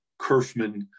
Kerfman